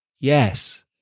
Yes